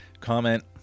comment